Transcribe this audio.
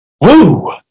woo